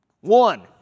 one